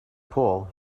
pole